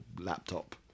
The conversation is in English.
laptop